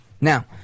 Now